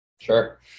Sure